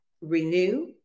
renew